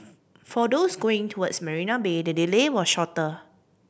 for those going towards Marina Bay the delay was shorter